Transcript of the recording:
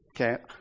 Okay